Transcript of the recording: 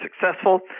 successful